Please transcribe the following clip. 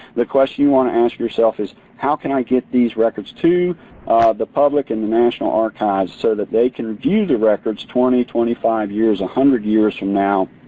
the question you want to ask yourself is how can i get these records to the public and the national archives so that they can review the records twenty, twenty five, one ah hundred years from now